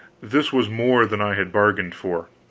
this was more than i had bargained for.